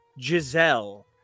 Giselle